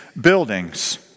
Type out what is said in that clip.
buildings